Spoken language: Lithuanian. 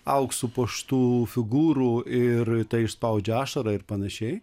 auksu puoštų figūrų ir tai išspaudžia ašarą ir panašiai